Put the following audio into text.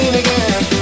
again